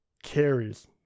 carries